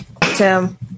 Tim